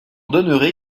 donnerai